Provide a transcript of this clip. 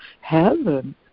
heaven